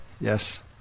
Yes